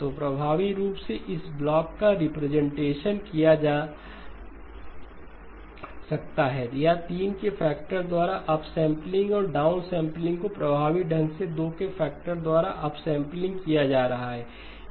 तो प्रभावी रूप से इस ब्लॉक का रिप्रेजेंटेशन किया जा सकता है या 3 के फैक्टर द्वारा अपसैंपलिंग और डाउनसम्पलिंग को प्रभावी ढंग से 2 के फैक्टर द्वारा अपसैंपलिंग किया जा रहा है